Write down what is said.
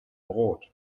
brot